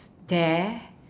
there